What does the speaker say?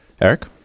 Eric